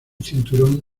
cinturón